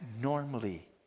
normally